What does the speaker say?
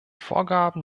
vorgaben